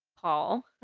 Paul